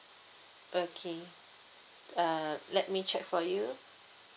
okay uh let me check for you